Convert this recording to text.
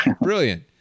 Brilliant